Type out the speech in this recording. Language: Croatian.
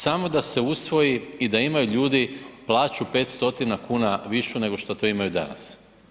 Samo da se usvoji i da imaju ljudi plaću 5 stotina kuna višu nego što to imaju danas.